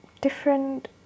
different